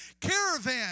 caravan